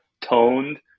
toned